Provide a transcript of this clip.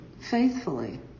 faithfully